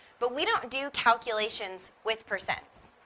but we don't do calculations with percents.